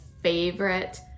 favorite